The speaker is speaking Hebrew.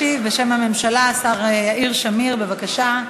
ישיב בשם הממשלה השר יאיר שמיר, בבקשה,